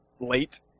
late